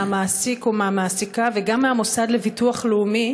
מהמעסיק ומהמעסיקה וגם ומהמוסד לביטוח לאומי